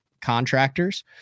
contractors